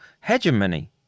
hegemony